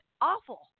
awful